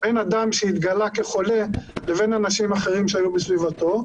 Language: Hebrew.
בין אדם שהתגלה כחולה לבין אנשים שהיו בסביבתו.